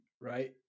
right